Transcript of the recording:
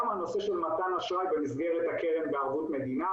הנושא של מתן אשראי במסגרת הקרן בערבות מדינה,